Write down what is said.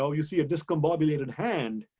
so you see a discombobulated hand,